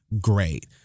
Great